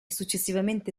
successivamente